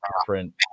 different